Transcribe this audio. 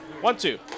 One-two